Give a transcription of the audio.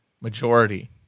majority